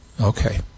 Okay